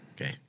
Okay